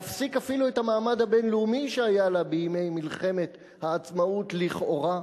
להפסיק אפילו את המעמד הבין-לאומי שהיה לה בימי מלחמת העצמאות לכאורה,